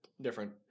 different